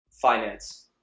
Finance